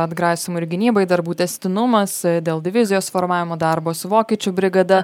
atgrasymui ir gynybai darbų tęstinumas dėl divizijos formavimo darbo su vokiečių brigada